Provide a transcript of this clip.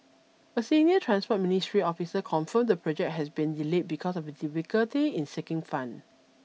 a senior Transport Ministry officer confirmed the project had been delayed because of a difficulty in seeking fund